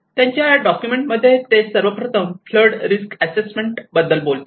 त्यांच्या डॉक्युमेंट मध्ये ते सर्वप्रथम फ्लड रिस्क असेसमेंट बद्दल बोलतात